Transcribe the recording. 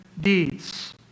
deeds